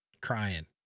crying